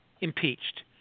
impeached